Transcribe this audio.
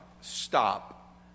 stop